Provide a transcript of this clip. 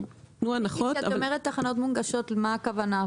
כשאת אומרת תחנות מונגשות, למה הכוונה?